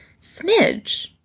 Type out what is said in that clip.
smidge